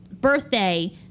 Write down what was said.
birthday